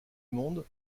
monde